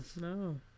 no